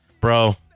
Bro